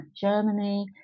Germany